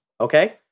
okay